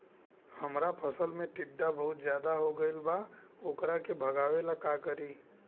हमरा फसल में टिड्डा बहुत ज्यादा हो गइल बा वोकरा के भागावेला का करी?